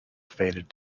faded